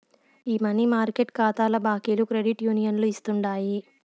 ఈ money market కాతాల బాకీలు క్రెడిట్ యూనియన్లు ఇస్తుండాయి